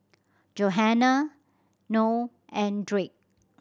Johannah Noe and Drake